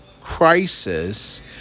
crisis